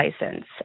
license